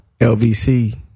LVC